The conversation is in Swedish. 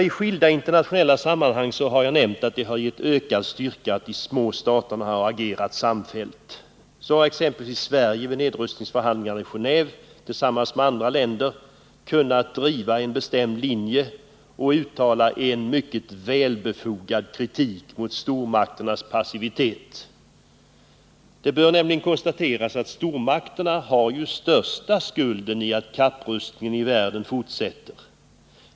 I skilda internationella sammanhang har det givit ökad styrka att de små staterna har agerat samfällt. Så har exempelvis Sverige vid nedrustningsförhandlingarna i Gené&ve tillsammans med andra länder kunnat driva en bestämd linje och uttala en mycket välbefogad kritik mot stormakternas passivitet. Det bör nämligen konstateras att stormakterna har största skulden i att kapprustningen i världen fortsätter.